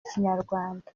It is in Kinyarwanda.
ikinyarwanda